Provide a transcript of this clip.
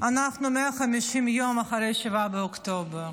אנחנו 150 יום אחרי 7 באוקטובר,